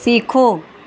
सीखो